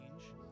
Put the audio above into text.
change